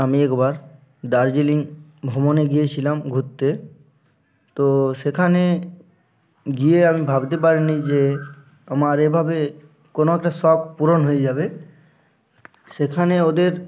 আমি একবার দার্জিলিং ভ্রমণে গিয়েছিলাম ঘুত্তে তো সেখানে গিয়ে আমি ভাবতে পারিনি যে আমার এভাবে কোনো একটা শখ পূরণ হয়ে যাবে সেখানে ওদের